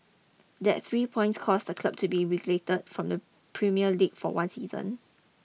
that three points caused the club to be relegated from the Premier League for one season